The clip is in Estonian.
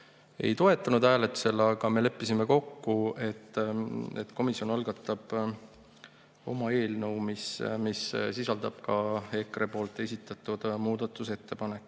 ei toetanud, aga me leppisime kokku, et komisjon algatab oma eelnõu, mis sisaldab ka EKRE esitatud muudatusettepanekut,